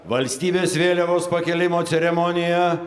valstybės vėliavos pakėlimo ceremoniją